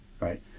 right